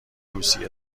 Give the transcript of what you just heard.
روسیه